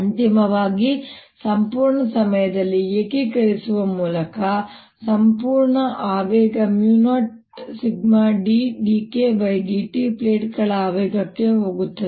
ಅಂತಿಮವಾಗಿ ಸಂಪೂರ್ಣ ಸಮಯದಲ್ಲಿ ಏಕೀಕರಿಸುವ ಮೂಲಕ ಸಂಪೂರ್ಣ ಆವೇಗ 0σddKdt ಪ್ಲೇಟ್ಗಳ ಆವೇಗಕ್ಕೆ ಹೋಗುತ್ತದೆ